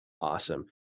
awesome